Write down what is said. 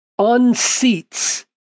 unseats